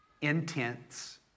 intense